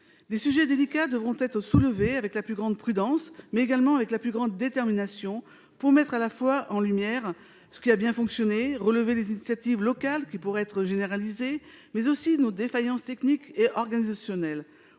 Des sujets délicats devront être soulevés avec la plus grande prudence, mais également avec la plus grande détermination pour mettre en lumière ce qui a bien fonctionné, relever les initiatives locales qui pourraient être généralisées, mais aussi nos défaillances techniques et organisationnelles